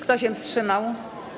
Kto się wstrzymał?